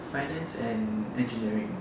finance and engineering